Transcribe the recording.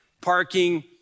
parking